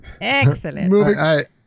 Excellent